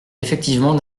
effectivement